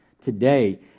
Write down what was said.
today